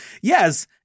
yes